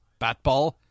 batball